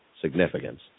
significance